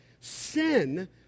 Sin